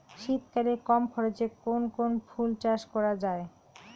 শীতকালে কম খরচে কোন কোন ফুল চাষ করা য়ায়?